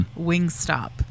Wingstop